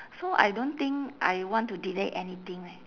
so I don't think I want to delete anything leh